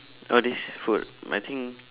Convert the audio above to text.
all this food I think